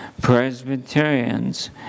Presbyterians